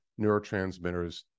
neurotransmitters